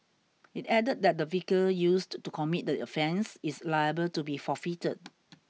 it added that the vehicle used to commit the offence is liable to be forfeited